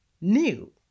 new